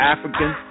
African